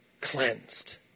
cleansed